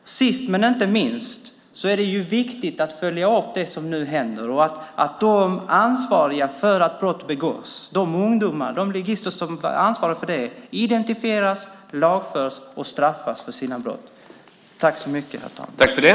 Sist, men inte minst, är det viktigt att nu följa upp det som hände så att de ansvariga ungdomar, ligister, som begått brotten identifieras, lagförs och straffas för dessa brott.